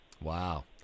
Wow